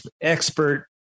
expert